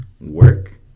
work